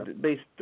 based